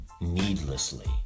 needlessly